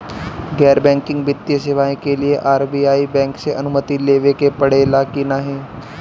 गैर बैंकिंग वित्तीय सेवाएं के लिए आर.बी.आई बैंक से अनुमती लेवे के पड़े ला की नाहीं?